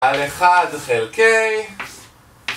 על אחד חלקי